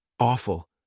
Awful